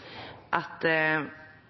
Riksrevisjonen